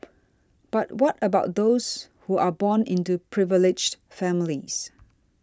but what about those who are born into privileged families